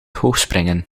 hoogspringen